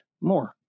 more